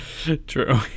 true